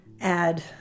add